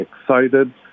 excited